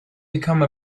become